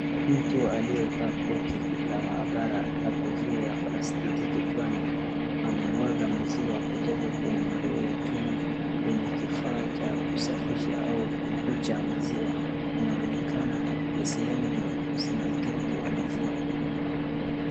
Mtu aliyevaa koti la maabara na kofia ya plastiki kichwani amemwaga maziwa kutoka kwenye ndoo ya chuma kwenye kifaa cha kusafisha au kuchuja maziwa. Inaonekana ni sehemu ya usindikaji wa maziwa.